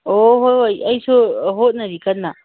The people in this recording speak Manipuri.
ꯑꯣ ꯍꯣꯏ ꯍꯣꯏ ꯑꯩꯁꯨ ꯍꯣꯠꯅꯔꯤ ꯀꯟꯅ